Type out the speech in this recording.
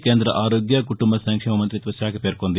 కేంద ఆరోగ్య కుటుంబ సంక్షేమ మంతిత్వ శాఖ పేర్కొంది